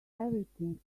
everything